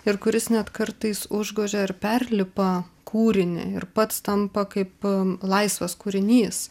ir kuris net kartais užgožia ir perlipa kūrinį ir pats tampa kaip laisvas kūrinys